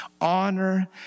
Honor